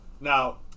Now